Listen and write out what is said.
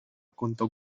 contó